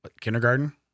Kindergarten